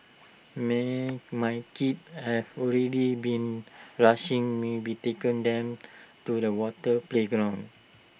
my kids have already been rushing me be taken them to the water playground